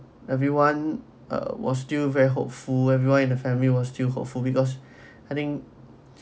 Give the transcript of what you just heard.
everyone uh was still very hopeful everyone in the family was still hopeful because I think